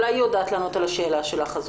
אולי היא יודעת לענות על השאלה שלך.